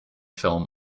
film